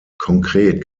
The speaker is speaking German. konkret